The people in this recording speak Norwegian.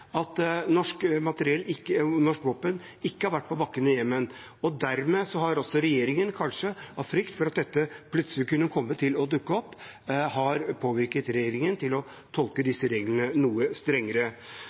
at norsk materiell og norske våpen ikke har vært på bakken i Jemen. Dermed har regjeringen kanskje av frykt for at dette plutselig kunne komme til å dukke opp, blitt påvirket til å tolke